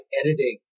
editing